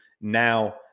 now